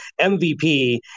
MVP